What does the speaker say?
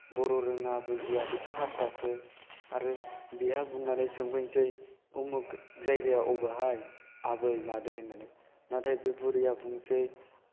बर' रोङा बुजिया बेथ' हारसासो आरो बेहा बुंनानै सोंफैनोसै उमुक जायगाया बबेहाय आबै मादै होननानै नाथाय बे बुरिया बुंनोसै